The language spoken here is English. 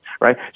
right